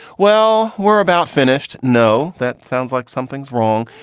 well, we're about finished. no, that sounds like something's wrong.